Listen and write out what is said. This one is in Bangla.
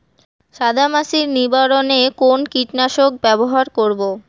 সাদা মাছি নিবারণ এ কোন কীটনাশক ব্যবহার করব?